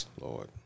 Lord